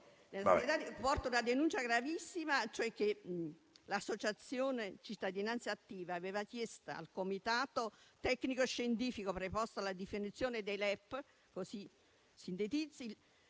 porto una denuncia gravissima e cioè che l'associazione Cittadinanza attiva aveva chiesto al Comitato tecnico scientifico preposto alla definizione dei LEP di venire